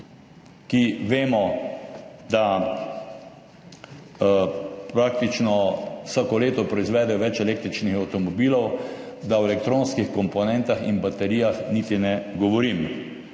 vemo, da praktično vsako leto proizvedejo več električnih avtomobilov, da o elektronskih komponentah in baterijah niti ne govorim.